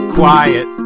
quiet